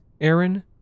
Aaron